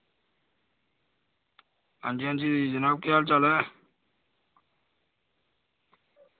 आं जी आं जी जनाब केह् हाल ऐ